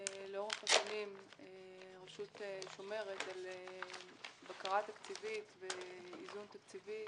לאורך השנים הרשות שומרת על בקרה תקציבית ואיזון תקציבי